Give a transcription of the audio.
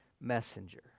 messenger